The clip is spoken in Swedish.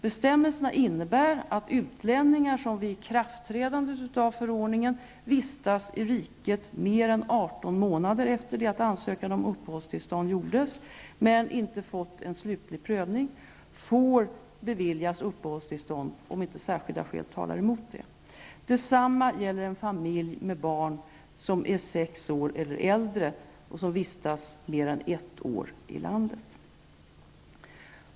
Bestämmelserna innebär att utlänningar, som vid ikraftträdandet av förordningen vistats i riket mer än 18 månader efter det att ansökan om uppehållstillstånd gjordes men inte fått en slutlig prövning, får beviljas uppehållstillstånd om inte särskilda skäl talar emot det. Detsamma gäller en familj med barn som är sex år eller äldre och som vistats mer än ett år i landet.